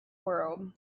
world